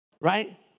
Right